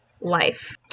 life